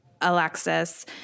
Alexis